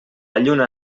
lluna